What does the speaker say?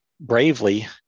bravely